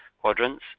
quadrants